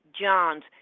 John's